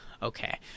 Okay